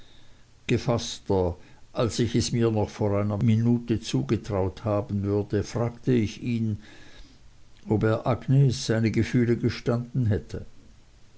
gefaßter als ich es mir noch vor einer minute zugetraut haben würde fragte ich ihn ob er agnes seine gefühle gestanden hätte